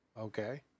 Okay